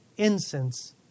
Incense